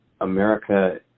America